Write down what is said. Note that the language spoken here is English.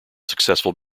successful